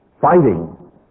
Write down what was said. fighting